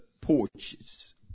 porches